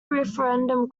referendum